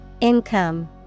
Income